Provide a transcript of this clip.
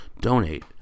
donate